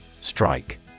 Strike